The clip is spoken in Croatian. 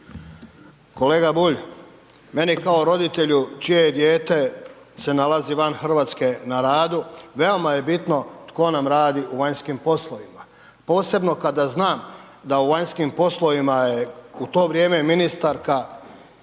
Kolega Bulj, meni kao roditelju čije dijete se nalazi van Hrvatske na radu, veoma je bitno tko nam radi u vanjskim poslovima. Posebno kada znam da u vanjskim poslovima je u to vrijeme ministarka